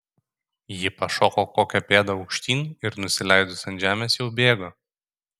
ji pašoko kokią pėdą aukštyn ir nusileidus ant žemės jau bėgo